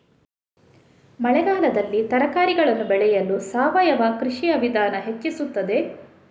ಮಳೆಗಾಲದಲ್ಲಿ ತರಕಾರಿಗಳನ್ನು ಬೆಳೆಯಲು ಸಾವಯವ ಕೃಷಿಯ ವಿಧಾನ ಹೆಚ್ಚಿಸುತ್ತದೆ?